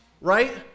right